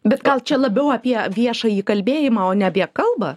bet gal čia labiau apie viešąjį kalbėjimą o ne apie kalbą